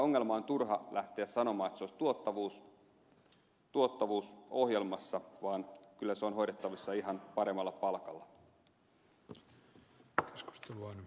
on turha lähteä sanomaan että se ongelma olisi tuottavuusohjelmassa vaan kyllä se on hoidettavissa ihan paremmalla palkalla tasosta vain